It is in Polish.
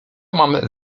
mam